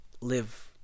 live